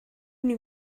only